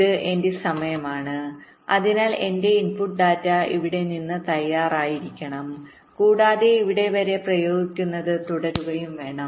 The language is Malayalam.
ഇത് എന്റെ സമയമാണ് അതിനാൽ എന്റെ ഇൻപുട്ട് ഡാറ്റ ഇവിടെ നിന്ന് തയ്യാറായിരിക്കണം കൂടാതെ ഇവിടെ വരെ പ്രയോഗിക്കുന്നത് തുടരുകയും വേണം